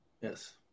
yes